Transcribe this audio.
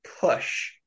push